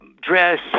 dress